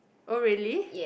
oh really